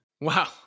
Wow